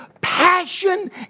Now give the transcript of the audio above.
passion